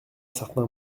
certain